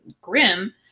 grim